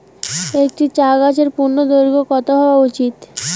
একটি চা গাছের পূর্ণদৈর্ঘ্য কত হওয়া উচিৎ?